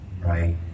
right